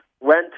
went